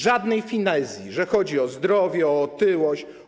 Żadnej finezji, że chodzi o zdrowie, o otyłość.